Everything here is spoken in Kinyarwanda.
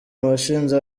washize